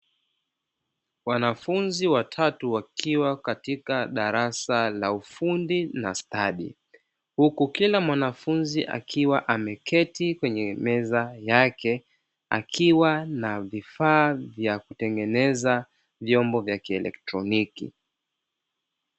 Wanafunzi watatu wakiwa katika darasa la ufundi na stadi huku kila mwanafunzi akiwa ameketi kwenye meza yake akiwa na vifaa vya kutengeneza vyombo vya kielektroniki.